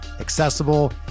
accessible